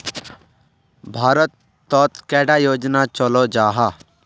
भारत तोत कैडा योजना चलो जाहा?